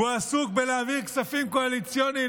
והוא עסוק בלהעביר כספים קואליציוניים